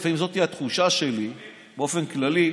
ומי שיש לו באמת רעיון טוב אז בוודאי,